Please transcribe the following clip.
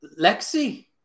Lexi